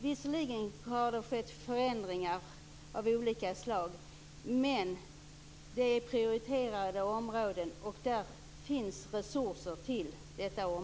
Visserligen har det skett förändringar av olika slag, men detta är prioriterade områden och det finns resurser till dem.